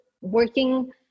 working